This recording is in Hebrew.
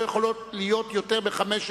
וקריאות ביניים לא יכולות להיות יותר מחמש,